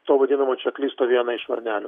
to vadinamo čeklisto vieną iš varnelių